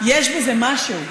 יש בזה משהו.